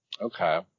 Okay